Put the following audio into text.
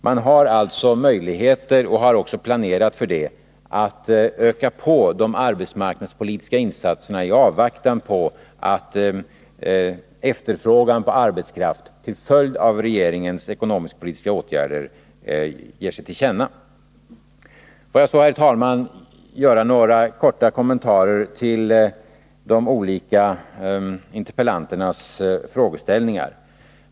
Man har alltså möjligheter — och man har också planerat för det — att öka på de arbetsmarknadspolitiska insatserna i avvaktan på att efterfrågan på arbetskraft till följd av regeringens ekonomisk-politiska åtgärder ger sig till känna. Får jag så, herr talman, göra några korta kommentarer till de olika intepellanternas frågeställningar.